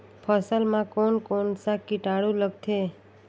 फसल मा कोन कोन सा कीटाणु लगथे?